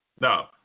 No